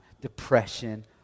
Depression